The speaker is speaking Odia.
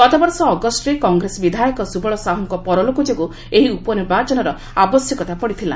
ଗତବର୍ଷ ଅଗଷ୍ଟରେ କଂଗ୍ରେସ ବିଧାୟକ ସୁବଳ ସାହୁଙ୍କ ପରଲୋକ ଯୋଗୁଁ ଏହି ଉପନିର୍ବାଚନର ଆବଶ୍ୟକତା ପଡ଼ିଥିଲା